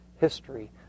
history